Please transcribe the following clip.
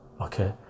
okay